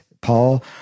Paul